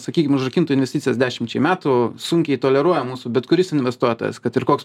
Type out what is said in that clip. sakykim užrakintų investicijas dešimčiai metų sunkiai toleruoja mūsų bet kuris investuotojas kad ir koks